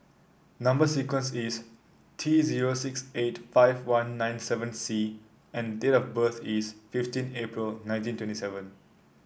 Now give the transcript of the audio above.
number sequence is T zero six eight five one nine seven C and date of birth is fifteen April nineteen twenty seven